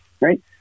right